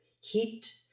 heat